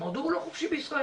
מדוע הוא לא חופשי בישראל?